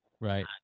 Right